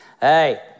hey